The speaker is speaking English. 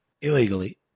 illegally